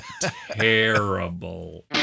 terrible